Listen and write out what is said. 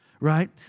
right